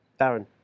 Darren